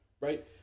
right